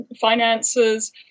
finances